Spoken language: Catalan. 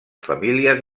famílies